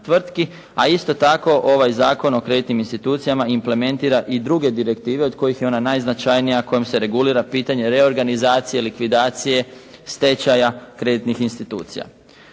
a isto tako ovaj Zakon o kreditnim institucijama implementira i druge direktive od kojih je ona najznačajnija kojom se regulira pitanje reorganizacije, likvidacije, stečaja kreditnih institucija.